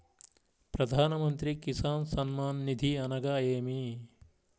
ప్రధాన మంత్రి కిసాన్ సన్మాన్ నిధి అనగా ఏమి?